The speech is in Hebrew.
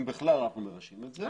אם בכלל אנחנו מרעים את זה,